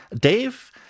Dave